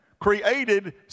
created